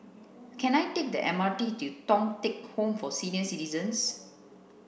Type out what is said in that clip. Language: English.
Can I take the M R T to Thong Teck Home for Senior Citizens